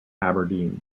aberdeen